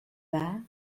war